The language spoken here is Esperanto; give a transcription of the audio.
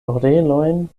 orelojn